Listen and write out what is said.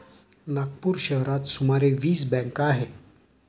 नागपूर शहरात सुमारे वीस बँका आहेत